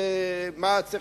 מע"צ,